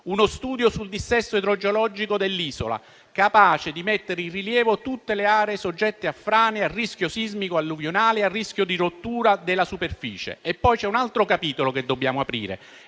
uno studio sul dissesto idrogeologico dell'isola capace di mettere in rilievo tutte le aree soggette a frane, a rischio sismico alluvionale e a rischio di rottura della superficie. Poi, c'è un altro capitolo che dobbiamo aprire,